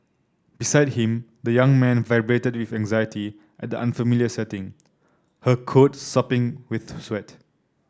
beside him the young mare vibrated with anxiety at the unfamiliar setting her coat sopping with sweat